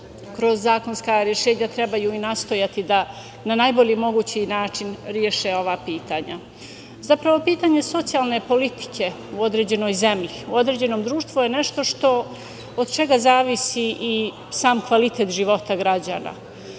kroz zakonska rešenja trebaju nastojati da najbolji mogući način reše ova pitanja. Zapravo, pitanje socijalne politike u određenoj zemlji, u određenom društvu je nešto od čega zavisi i sam kvalitet života građana.